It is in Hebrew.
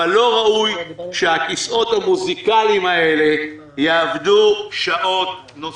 אבל לא ראוי שהכיסאות המוזיקליים האלה יעבדו שעות נוספות.